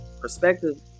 perspective